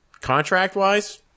contract-wise